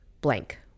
blank